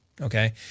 Okay